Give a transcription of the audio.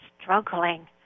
struggling